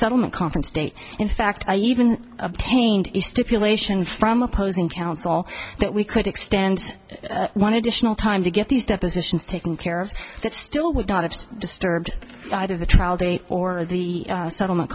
settlement conference date in fact i even obtained a stipulation from opposing counsel that we could extend one additional time to get these depositions taken care of that still would not have disturbed either the trial date or the settlement